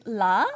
la